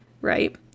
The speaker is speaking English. right